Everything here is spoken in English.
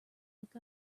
look